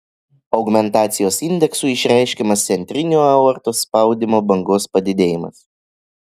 augmentacijos indeksu išreiškiamas centrinio aortos spaudimo bangos padidėjimas